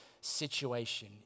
situation